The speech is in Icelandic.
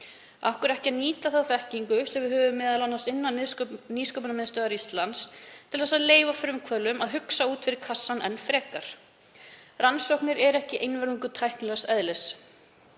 hverju ekki að nýta þá þekkingu sem við höfum, m.a. innan Nýsköpunarmiðstöðvar Íslands, til að leyfa frumkvöðlum að hugsa út fyrir kassann enn frekar? Rannsóknir eru ekki einvörðungu tæknilegs eðlis.